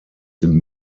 den